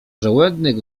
żołędnych